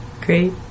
Great